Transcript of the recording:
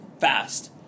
fast